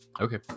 Okay